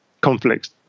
conflicts